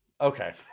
Okay